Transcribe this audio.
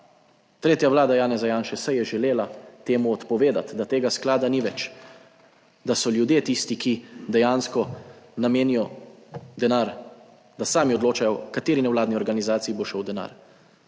tretja vlada Janeza Janše, se je želela temu odpovedati, da tega sklada ni več, da so ljudje tisti, ki dejansko namenijo denar, da sami odločajo, o kateri nevladni organizaciji bo šel denar.